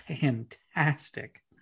fantastic